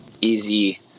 easy